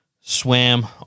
swam